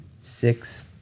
six